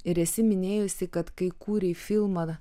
ir esi minėjusi kad kai kūrei filmą